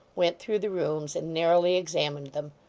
went through the rooms, and narrowly examined them.